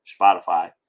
Spotify